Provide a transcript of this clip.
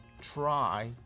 try